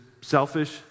selfish